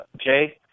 Jay